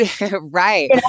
Right